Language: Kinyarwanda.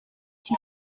iki